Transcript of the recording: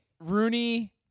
Rooney